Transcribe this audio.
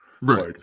Right